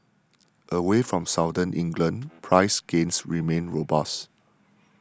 away from Southern England price gains remain robust